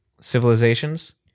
Civilizations